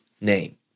name